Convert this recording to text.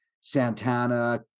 Santana